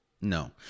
No